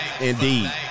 Indeed